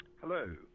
Hello